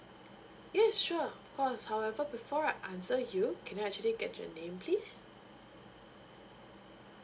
yes sure of course however before I answer you can I actually get your name please